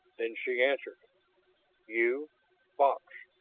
then she answered you fox